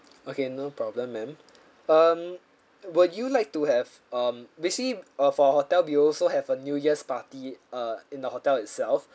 okay no problem ma'am um would you like to have um basically for our hotel we also have a new year's party err in the hotel itself